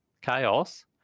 chaos